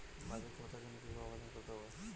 বার্ধক্য ভাতার জন্য কিভাবে আবেদন করতে হয়?